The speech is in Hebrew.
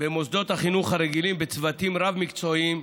במוסדות החינוך הרגילים בצוותים רב-מקצועיים,